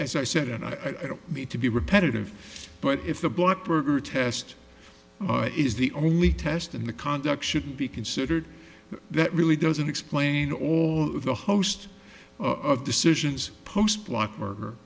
as i said and i don't mean to be repetitive but if the black berger test is the only test in the conduct shouldn't be considered that really doesn't explain all of the host of decisions post block murder